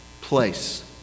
place